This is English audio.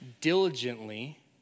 diligently